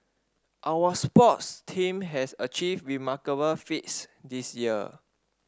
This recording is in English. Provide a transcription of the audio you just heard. our sports team have achieved remarkable feats this year